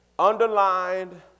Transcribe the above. underlined